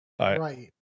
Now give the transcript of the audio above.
Right